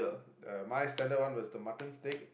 uh my standard one was the mutton steak